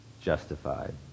justified